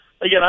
again